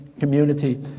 community